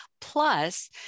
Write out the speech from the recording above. Plus